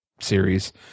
series